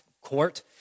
court